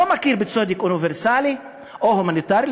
לא מכיר בצדק אוניברסלי או הומניטרי.